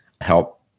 help